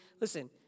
listen